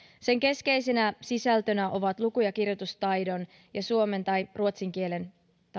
sen keskeisenä sisältönä ovat luku ja kirjoitustaidon ja suomen tai ruotsin kielen